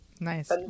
Nice